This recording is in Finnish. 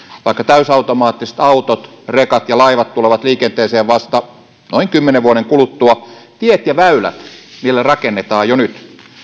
vaikka täysautomaattiset autot rekat ja laivat tulevat liikenteeseen vasta noin kymmenen vuoden kuluttua tiet ja väylät niille rakennetaan jo nyt